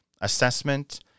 assessment